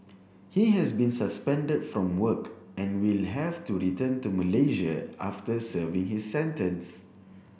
he has been suspended from work and will have to return to Malaysia after serving his sentence